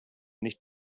nicht